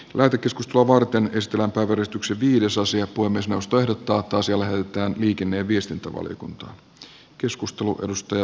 mäkikeskus luo varten ystävä odotukset yhdysosia pui myös nosto ehdottaa toiselle löytää liikenne ja viestintävaliokuntaan